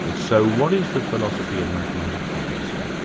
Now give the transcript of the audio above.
and so what is the philosophy of mathematics addressing?